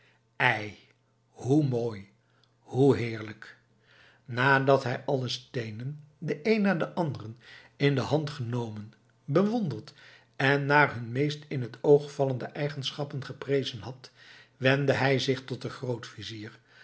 ei hoe mooi hoe heerlijk nadat hij alle steenen den een na den anderen in de hand genomen bewonderd en naar hun meest in t oog vallende eigenschappen geprezen had wendde hij zich tot zijn